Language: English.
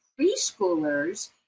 preschoolers